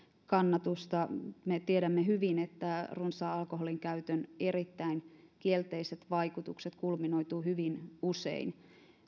kannatusta me tiedämme hyvin että runsaan alkoholinkäytön erittäin kielteiset vaikutukset kulminoituvat hyvin usein